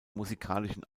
musikalischen